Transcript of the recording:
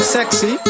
Sexy